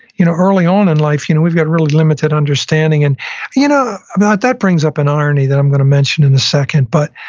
you know early on in life, you know we've got really limited understanding. and you know that brings up an irony that i'm going to mention in a second. but,